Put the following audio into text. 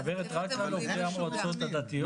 אני מדברת רק על עובדי המועצות הדתיות.